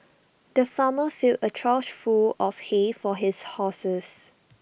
the farmer filled A trough full of hay for his horses